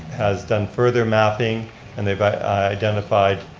has done further mapping and they've identified